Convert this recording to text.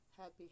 Happy